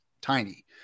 tiny